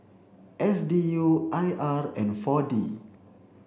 S D U I R and four D